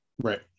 Right